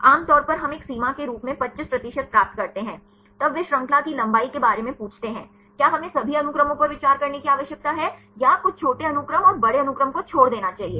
आम तौर पर हम एक सीमा के रूप में 25 प्रतिशत प्राप्त करते हैं तब वे श्रृंखला की लंबाई के बारे में पूछते हैं क्या हमें सभी अनुक्रमों पर विचार करने की आवश्यकता है या कुछ छोटे अनुक्रम और बड़े अनुक्रम को छोड़ देना चाहिए